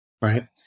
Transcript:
right